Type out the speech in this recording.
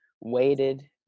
waited